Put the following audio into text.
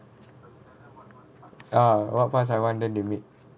uh what parts I want then they make